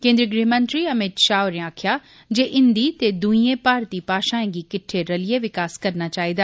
केंद्री गृहमंत्री अमित शाह होरें आक्खेआ जे हिंदी ते दुईएं भारती भाषाएं गी किट्ठे रलियै विकास करना चाहिदा